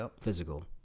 physical